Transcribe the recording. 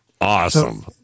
Awesome